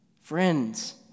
Friends